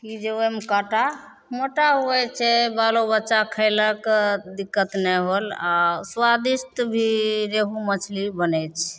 कि जे ओहिमे काँटा मोटा होइ छै बालो बच्चा खएलक दिक्कत नहि होल आओर सुआदिष्ट भी रेहू मछली बनै छै